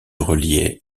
relier